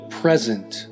present